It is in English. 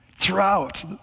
Throughout